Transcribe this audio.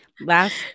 Last